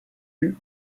eut